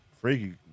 Freaky